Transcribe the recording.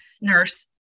nurse